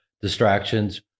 distractions